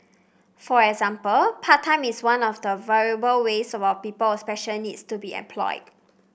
for example part time is one of the viable ways about people with special needs to be employed